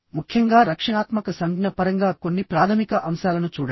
ముఖ్యంగా రక్షణాత్మక సంజ్ఞ పరంగా కొన్ని ప్రాథమిక అంశాలను చూడండి